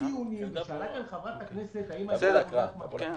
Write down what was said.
שאלה כאן חברת הכנסת האם הייתה עבודת מטה.